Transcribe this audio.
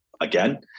again